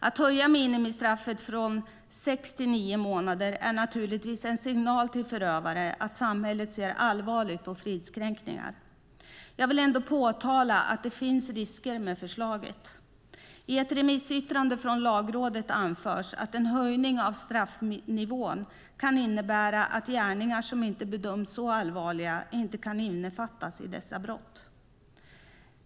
Att höja minimistraffet från sex till nio månader är naturligtvis en signal till förövare om att samhället ser allvarligt på fridskränkningar. Jag vill ändå påtala att det finns risker med förslaget. I ett remissyttrande från Lagrådet anförs att en höjning av straffnivån kan innebära att gärningar som inte bedöms som så allvarliga inte kan innefattas i dessa brott.